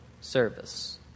service